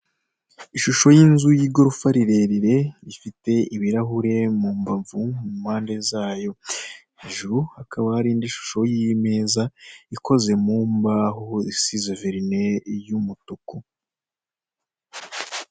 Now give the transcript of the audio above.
Ishusho y'inzu y'igorofa rirerire rifite ibirahure mu mbavu, mu mpande zayo. Hejuru hakaba hari indi shusho y'imeza ikoze mu imbaho isize verine y'umutuku.